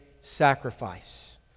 sacrifice